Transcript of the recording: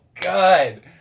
good